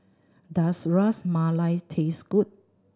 does Ras Malai taste good